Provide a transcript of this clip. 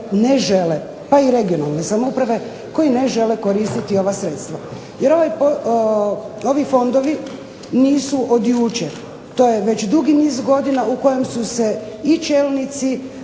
ne žele, pa i regionalne samouprave koji ne žele koristiti ova sredstva. Jer ovi fondovi nisu od jučer, to je već duži niz godina, u kojem su se i čelnici